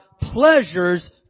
pleasures